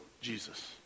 Jesus